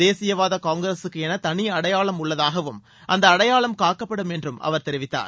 தேசியவாத காங்கிரசுக்கு என தனி அடையாளம் உள்ளதாகவும் அந்த அடையாளம் காக்கப்படும் என்றும் அவர் தெரிவித்தார்